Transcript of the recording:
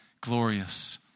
glorious